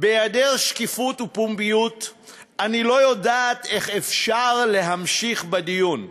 בהיעדר שקיפות ופומביות אני לא יודעת איך אפשר להמשיך בדיון,